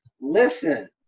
Listen